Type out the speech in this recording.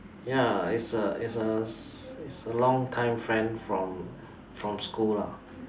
ya is a is a is a long time friend from from school lah